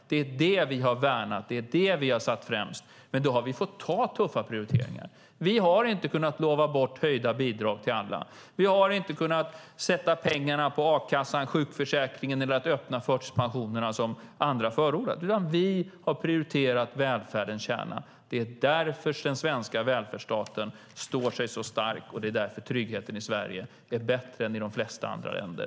Det är det som vi har värnat, och det är det som vi har satt främst. Men då har vi fått göra tuffa prioriteringar. Vi har inte kunnat lova höjda bidrag till alla. Vi har inte kunnat lägga pengarna i a-kassan eller sjukförsäkringen och inte kunnat öppna förtidspensionerna som andra förordar. Vi har i stället prioriterat välfärdens kärna. Det är därför som den svenska välfärdsstaten står sig så stark, och det är därför som tryggheten i Sverige är bättre än i de flesta andra länder.